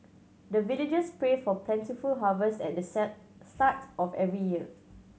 the villagers pray for plentiful harvest at the start of every year